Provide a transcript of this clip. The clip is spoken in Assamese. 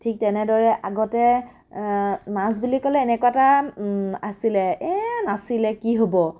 ঠিক তেনেদৰে আগতে নাচ বুলি ক'লে এনেকুৱা এটা আছিলে এই নাচিলে কি হ'ব